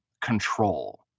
Control